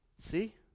See